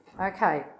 Okay